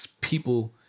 people